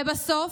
לבסוף,